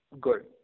good